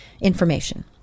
information